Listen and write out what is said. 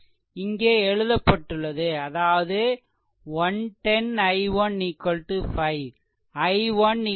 இங்கே எழுதப்பட்டுள்ளது அதாவது 110 i1 5 i1 i2 5110 122 ஆம்பியர்